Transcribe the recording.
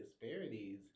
disparities